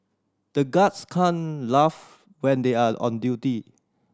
the guards can't laugh when they are on duty